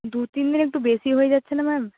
দু তিন দিন একটু বেশি হয়ে যাচ্ছে না ম্যাম